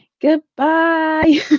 Goodbye